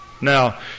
Now